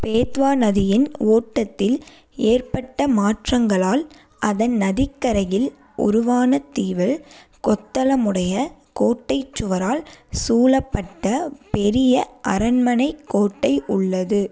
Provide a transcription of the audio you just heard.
பேத்வா நதியின் ஓட்டத்தில் ஏற்பட்ட மாற்றங்களால் அதன் நதிக்கரையில் உருவான தீவில் கொத்தளமுடைய கோட்டைச் சுவரால் சூலப்பட்ட பெரிய அரண்மனை கோட்டை உள்ளது